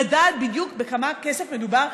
לדעת בדיוק בכמה כסף מדובר?